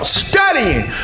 studying